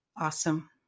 Awesome